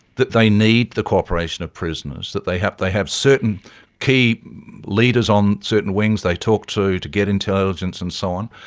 that they need the cooperation of prisoners, that they have they have certain key leaders on certain wings they talk to to get intelligence and so on.